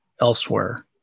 elsewhere